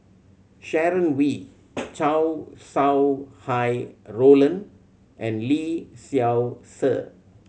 Sharon Wee Chow Sau Hai Roland and Lee Seow Ser